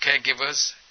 caregivers